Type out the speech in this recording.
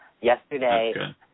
Yesterday